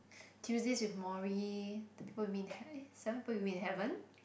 Tuesdays with Morrie the people you meet in hea~ seven people you meet in heaven